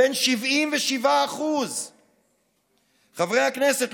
הוא בן 77%. חברי הכנסת,